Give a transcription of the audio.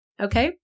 okay